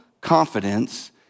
confidence